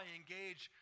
engage